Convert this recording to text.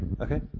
Okay